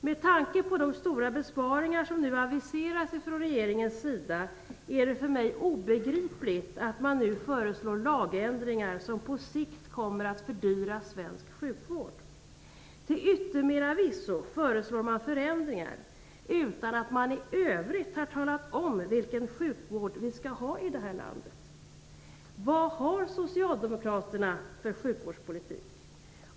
Med tanke på de stora besparingar som nu aviseras från regeringen är det för mig obegripligt att man nu föreslår lagändringar som på sikt kommer att fördyra svensk sjukvård. Till yttermera visso föreslås förändringar utan att man i övrigt har talat om vilken sjukvård vi skall ha i det här landet. Vad har socialdemokraterna för sjukvårdspolitik?